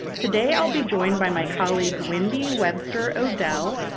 today, i'll be joined by my colleague wendy webster o'dell,